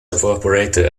evaporated